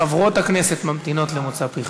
חברות הכנסת ממתינות למוצא פיך.